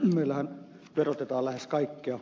meillähän verotetaan lähes kaikkea